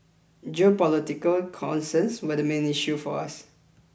geopolitical concerns were the main issue for us